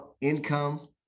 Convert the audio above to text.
income